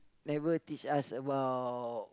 never teach us about